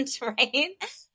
right